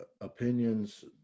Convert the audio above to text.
opinions